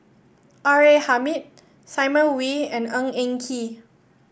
R A Hamid Simon Wee and Ng Eng Kee